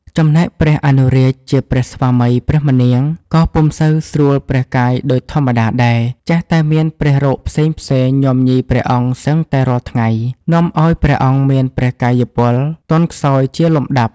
ចំណែកព្រះអនុរាជជាព្រះស្វាមីព្រះម្នាង ក៏ពុំសូវស្រួលព្រះកាយដូចធម្មតាដែរ ចេះតែមានព្រះរោគផ្សេងៗ ញាំញីព្រះអង្គសឹងតែរាល់ថ្ងៃ នាំឲ្យព្រះអង្គមានព្រះកាយពលទន់ខ្សោយជាលំដាប់ ។